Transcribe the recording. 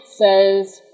says